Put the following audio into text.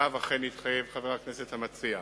שעליו אכן התחייב חבר הכנסת המציע.